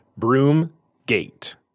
Broomgate